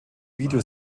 video